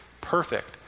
perfect